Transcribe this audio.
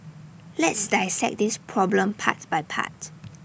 let's dissect this problem part by part